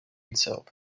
itself